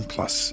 Plus